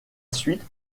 suite